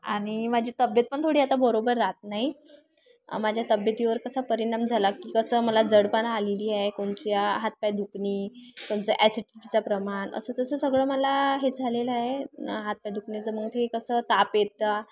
आणि माझी तब्येत पण थोडी आता बरोबर राहात नाही माझ्या तब्येतीवर कसा परिणाम झाला की कसं मला जडपणा आलेला आहे कोणच्या हातपाय दुखणे कोणचं ॲसिडिटीचं प्रमाण असं तसं सगळं मला हे झालेलं आहे आणि हातपाय दुखणेचं मग ते कसं ताप येतो